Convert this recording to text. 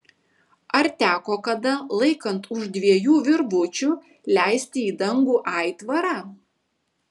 ar teko kada laikant už dviejų virvučių leisti į dangų aitvarą